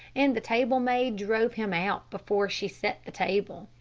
and the table maid drove him out before she set the table.